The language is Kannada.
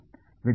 ವಿದ್ಯಾರ್ಥಿ